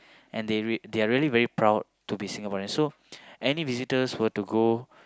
and they read they are really proud to be Singaporeans so any visitors were to go